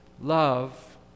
Love